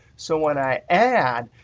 so when i add,